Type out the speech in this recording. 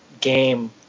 game